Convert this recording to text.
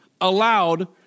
allowed